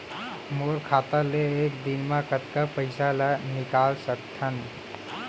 मोर खाता ले एक दिन म कतका पइसा ल निकल सकथन?